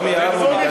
לא מיהרנו.